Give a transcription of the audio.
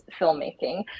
filmmaking